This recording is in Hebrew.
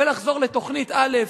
ולחזור לתוכנית א',